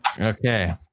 okay